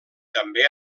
també